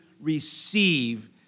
receive